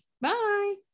bye